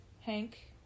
Hank